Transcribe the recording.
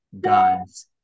God's